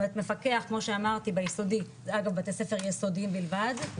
מפקח כמו שאמרתי ביסודי זה עד בתי ספר יסודיים בלבד,